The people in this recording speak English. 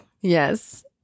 Yes